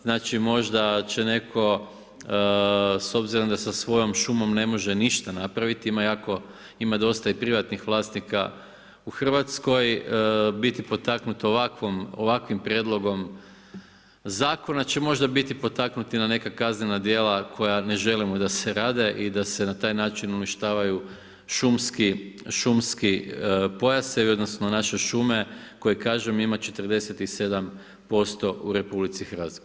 Znači možda će netko s obzirom da sa svojom šumom ne može ništa napraviti ima jako, ima dosta i privatnih vlasnika u Hrvatskoj, biti potaknut ovakvim prijedlogom zakona će možda biti potaknut i na neka kaznena djela koja ne želimo da se rade i da se na taj način uništavaju šumski pojasevi, odnosno naše šume kojih kažem im 47% u RH.